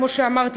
כמו שאמרתי,